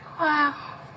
Wow